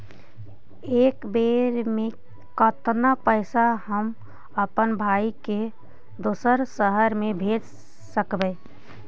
एक बेर मे कतना पैसा हम अपन भाइ के दोसर शहर मे भेज सकबै?